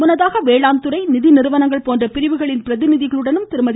முன்னதாக வேளாண்துறை நிதிநிறுவனங்கள் போன்ற பிரிவுகளின் பிரதிநிதிகளுடன் திருமதி